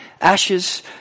ashes